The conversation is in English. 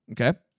Okay